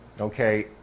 okay